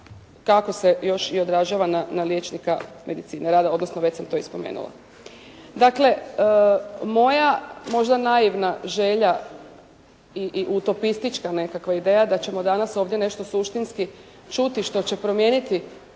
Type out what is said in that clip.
kako se još i odražava na liječnika medicine rada, odnosno već sam to i spomenula. Dakle, moja možda naivna želja i utopistička nekakva ideja da ćemo danas ovdje nešto suštinski čuti što će promijeniti